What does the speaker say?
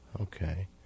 Okay